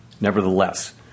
Nevertheless